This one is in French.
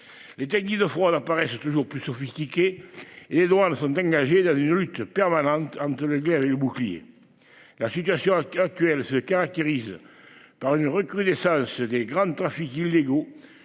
Les techniques de froid la paraissent toujours plus sophistiqués et les droits là sont engagés dans une lutte permanente entre la guerre et le bouclier. La situation actuelle se caractérise par une recrudescence des grandes trafics illégaux.